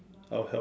I'll help